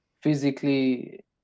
physically